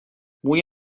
موی